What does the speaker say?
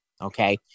okay